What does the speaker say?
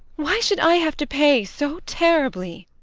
why should i have to pay so terribly?